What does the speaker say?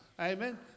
Amen